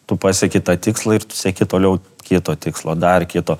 tu pasieki tą tikslą ir tu sieki toliau kito tikslo dar kito